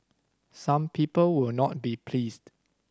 some people will not be pleased